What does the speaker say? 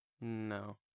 No